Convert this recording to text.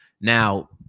Now